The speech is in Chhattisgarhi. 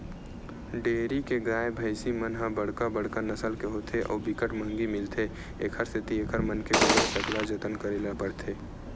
डेयरी के गाय, भइसी मन ह बड़का बड़का नसल के होथे अउ बिकट महंगी मिलथे, एखर सेती एकर मन के बने सकला जतन करे ल परथे